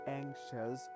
anxious